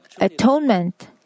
atonement